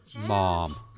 Mom